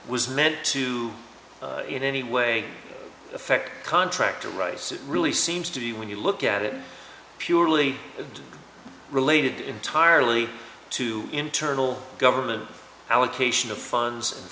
was meant to in any way affect contractor rice it really seems to be when you look at it purely related entirely to internal government allocation of funds